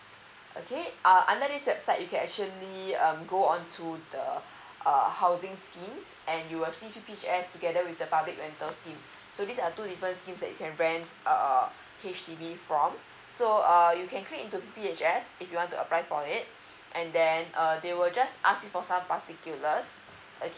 okay uh under this website you can actually um go on to the err housing schemes and you will see p p h s together with the public rental scheme so this are the two different schemes you can rent uh H_D_B from so uh you can click into p p h s if you want to apply for it and then uh they will just ask you for some particulars okay